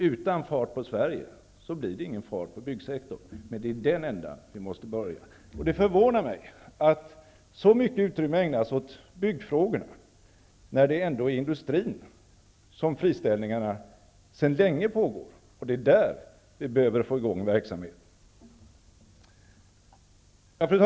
Utan fart på Sverige blir det ingen fart på byggsektorn. Det är i den ändan vi måste börja. Det förvånar mig att så mycket utrymme ägnas åt byggfrågorna, när det ändå är i industrin som friställningarna sedan länge pågår. Det är där vi behöver få i gång verksamheten. Fru talman!